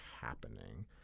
happening